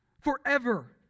Forever